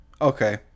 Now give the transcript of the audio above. okay